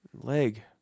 Leg